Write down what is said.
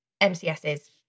MCSs